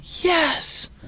Yes